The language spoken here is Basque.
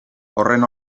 horren